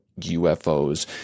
UFOs